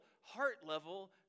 heart-level